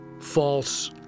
false